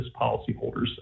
policyholders